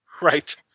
Right